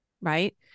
right